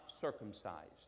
circumcised